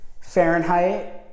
Fahrenheit